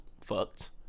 fucked